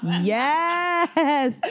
Yes